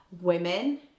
women